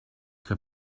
que